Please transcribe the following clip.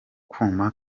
kuma